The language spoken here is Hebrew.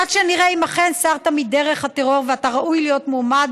עד שנראה אם אכן סרת מדרך הטרור ואתה ראוי להיות מועמד